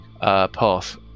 path